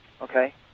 Okay